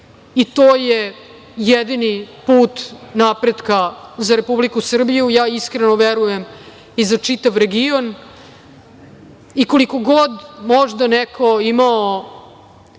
i to je jedini put napretka za Republiku Srbiju, ja iskreno verujem i za čitav region. Koliko god možda neko imao